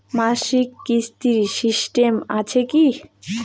মাসিক কিস্তির সিস্টেম আছে কি?